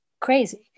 crazy